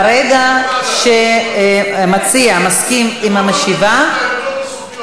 ברגע שהמציע מסכים למשיבה, את העמדות,